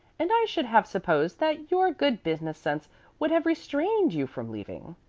and i should have supposed that your good business sense would have restrained you from leaving.